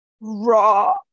Raw